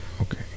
Okay